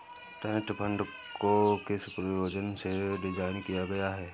Trust fund को किस प्रयोजन से डिज़ाइन किया गया है?